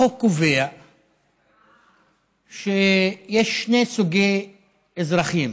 החוק קובע שיש שני סוגי אזרחים.